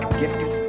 gifted